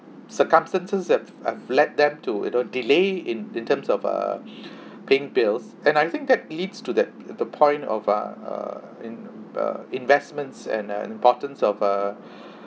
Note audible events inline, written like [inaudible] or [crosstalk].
circumstances that have let them to you know delay in in terms err [breath] paying bills and I think that leads to that the point of uh uh in~ uh investments and uh importance of uh